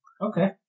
Okay